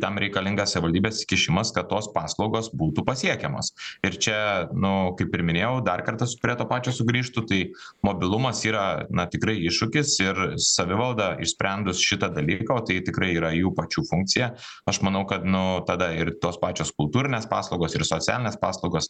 tam reikalingas savivaldybės įsikišimas kad tos paslaugos būtų pasiekiamos ir čia nu kaip ir minėjau dar kartą prie to pačio sugrįžtu tai mobilumas yra na tikrai iššūkis ir savivalda išsprendus šitą dalyką o tai tikrai yra jų pačių funkcija aš manau kad nu tada ir tos pačios kultūrinės paslaugos ir socialinės paslaugos